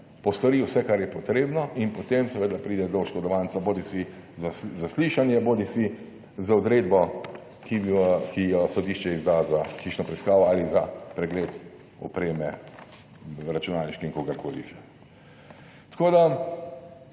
postori vse kar je potrebno in potem seveda pride do oškodovanca, bodisi za zaslišanje bodisi z odredbo, ki jo sodišče izda za hišno preiskavo ali za pregled opreme v računalniški in kogarkoli že. Tako da,